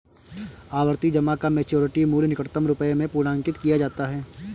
आवर्ती जमा का मैच्योरिटी मूल्य निकटतम रुपये में पूर्णांकित किया जाता है